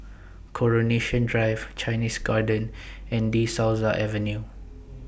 Coronation Drive Chinese Garden and De Souza Avenue